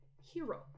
hero